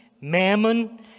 mammon